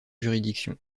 juridictions